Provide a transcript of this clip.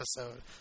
episode